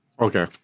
Okay